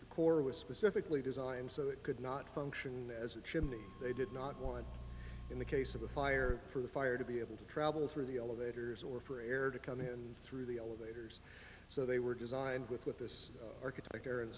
the core was specifically designed so it could not function as a chimney they did not want in the case of a fire for the fire to be able to travel through the elevators or for air to come in through the elevators so they were designed with what this architect re